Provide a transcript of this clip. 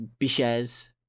biches